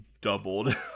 doubled